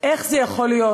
איך זה יכול להיות,